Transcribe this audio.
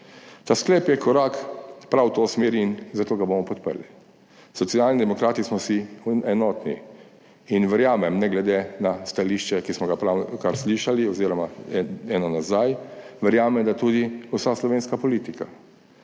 Ta sklep je korak prav v to smer in zato ga bomo podprli. Socialni demokrati smo si enotni in verjamem, ne glede na stališče, ki smo ga pravkar slišali oziroma eno nazaj, verjamem, da tudi vsa slovenska politika,